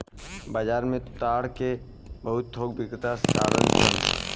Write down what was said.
बाजार में ताड़ के बहुत थोक बिक्रेता बाड़न सन